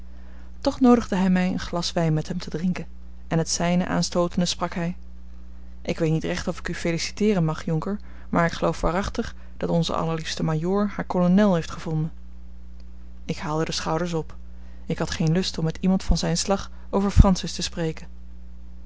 toch noodigde hij mij een glas wijn met hem te drinken en het zijne aanstootende sprak hij ik weet niet recht of ik u feliciteeren mag jonker maar ik geloof waarachtig dat onze allerliefste majoor haar kolonel heeft gevonden ik haalde de schouders op ik had geen lust om met iemand van zijn slag over francis te spreken